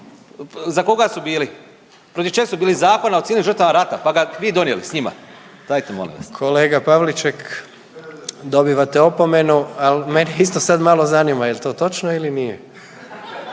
za koga su bili? Protiv čeg su bili? Zakona o civilnim žrtvama rata pa ga vi donijeli sa njima? Dajte molim vas! **Jandroković, Gordan (HDZ)** Kolega Pavliček, dobivate opomenu. Ali mene isto sad malo zanima jel' to točno ili nije?